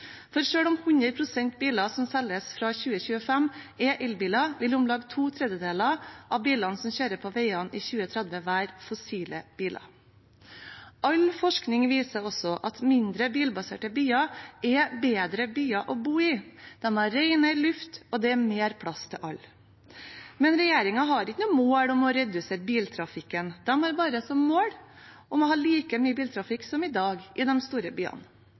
For selv om 100 pst. av bilene som selges fra 2025, er elbiler, vil om lag to tredjedeler av bilene som kjører på veiene i 2030, være fossile biler. All forskning viser også at mindre bilbaserte byer er bedre byer å bo i. De har renere luft, og det er mer plass til alle. Regjeringen har ikke noe mål om å redusere biltrafikken. De har bare som mål å ha like mye biltrafikk som i dag i de store byene.